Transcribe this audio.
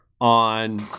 On